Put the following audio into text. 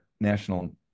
national